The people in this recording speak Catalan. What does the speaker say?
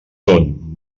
són